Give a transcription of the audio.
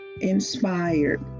inspired